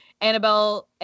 Annabelle